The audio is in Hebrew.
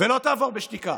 ולא תעבור בשתיקה.